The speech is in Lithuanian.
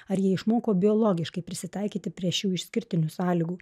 ar jie išmoko biologiškai prisitaikyti prie šių išskirtinių sąlygų